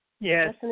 Yes